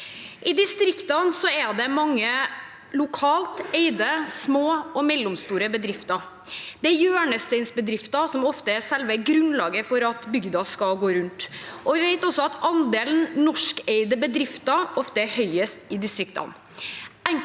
I distriktene er det mange lokalt eide små og mellomstore bedrifter. Det er hjørnesteinsbedrifter som ofte er selve grunnlaget for at bygda skal gå rundt, og vi vet at andelen norskeide bedrifter ofte er høyest i distriktene.